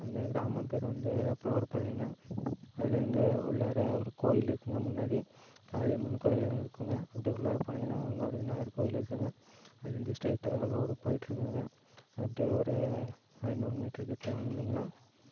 அந்த கிராமம் பேர் வந்து புலவர்பாளையோங்க அதுலேயிருந்து உள்ளாற ஒரு கோயில் இருக்குங்க முன்னாடி காளியம்மன் கோயில்னு இருக்குதுங்க அப்படியே உள்ளாற போனிங்கன்னா இன்னொரு விநாயகர் கோயில் இருக்குதுங்க அதுலேயிருந்து ஸ்டைட்டாக ஒரு ரோடு போய்ட்ருக்குங்க அப்படியே ஒரு ஐநூறு மீட்டருகிட்ட வந்திங்கனா